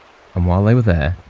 and while they were there,